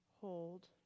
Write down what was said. Hold